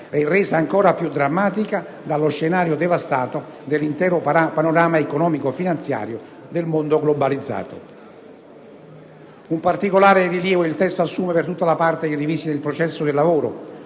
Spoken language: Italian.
Paese, resa ancora più drammatica dallo scenario devastato dell'intero panorama economico-finanziario del mondo globalizzato. Il testo assume un particolare rilievo per tutta la parte che rivisita il processo del lavoro,